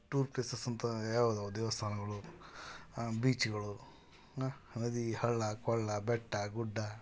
tour places ಅಂತ ಯಾವುದಿವೆ ದೇವಸ್ಥಾನಗಳು ಬೀಚುಗಳು ನದಿ ಹಳ್ಳ ಕೊಳ್ಳ ಬೆಟ್ಟ ಗುಡ್ಡ